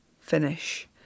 finish